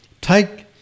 Take